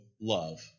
love